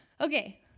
Okay